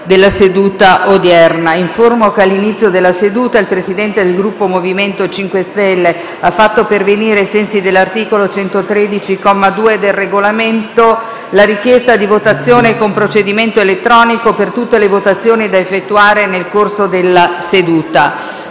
l'Assemblea che all'inizio della seduta il Presidente del Gruppo MoVimento 5 Stelle ha fatto pervenire, ai sensi dell'articolo 113, comma 2, del Regolamento, la richiesta di votazione con procedimento elettronico per tutte le votazioni da effettuare nel corso della seduta.